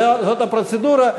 זו הפרוצדורה.